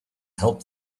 help